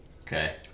Okay